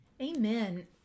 Amen